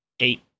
eight